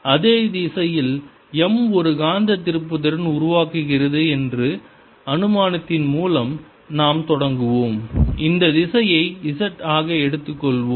அதே திசையில் m ஒரு காந்த திருப்புத்திறன் உருவாக்குகிறது என்ற அனுமானத்தின் மூலம் நாம் தொடங்குவோம் இந்த திசையை z ஆக எடுத்துக்கொள்வோம்